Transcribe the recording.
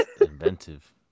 inventive